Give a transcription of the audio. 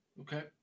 Okay